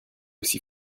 aussi